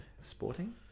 Sporting